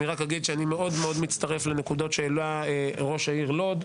רק אגיד שאני מצטרף מאוד לנקודות שהעלה ראש העיר לוד,